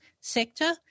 sector